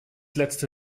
letzte